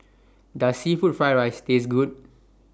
Does Seafood Fried Rice Taste Good